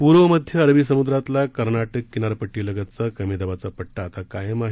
पूर्व मध्य अरबी समुद्रातला कर्नाटक किनारपट्टीलगतचा कमी दाबाचा पट्टा आता कायम आहे